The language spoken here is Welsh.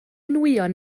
nwyon